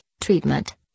treatment